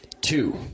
Two